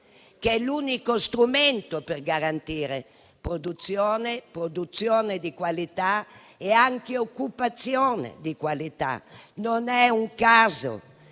che è l'unico strumento per garantire produzione di qualità e anche occupazione di qualità. Non è un caso